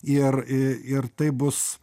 ir ir taip bus